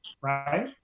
Right